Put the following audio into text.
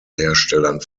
herstellern